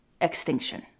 extinction